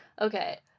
Okay